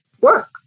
work